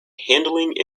handling